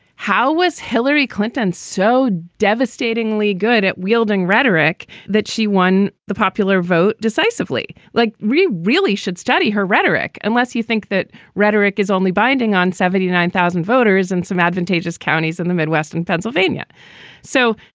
how was hillary clinton so devastatingly good at wielding rhetoric that she won the popular vote decisively? like we really should study her rhetoric? unless you think that rhetoric is only binding on seventy nine thousand voters in some advantageous counties in the midwest, in pennsylvania so,